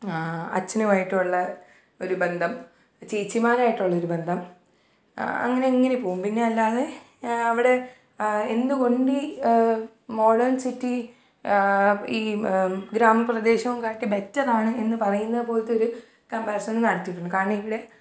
അച്ഛനുവായിട്ടുമുള്ള ഒരു ബന്ധം ചേച്ചിമാരായിട്ടുള്ളൊരു ബന്ധം അങ്ങനെ ഇങ്ങനെ പോകും പിന്നെ അല്ലാതെ അവിടെ എന്തുകൊണ്ടി മോഡേൺ സിറ്റി ഈ ഗ്രാമപ്രദേശോം കാട്ടി ബെറ്ററാണ് എന്ന് പറയുന്നത് പോലത്തെ ഒരു കമ്പാരിസനും നടത്തീട്ടുണ്ട് കാരണം ഇവിടെ